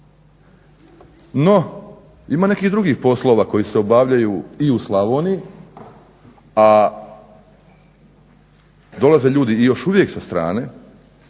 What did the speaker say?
No, ima nekih drugih poslova koji se obavljaju i u Slavoniji, a dolaze ljudi još uvijek sa strane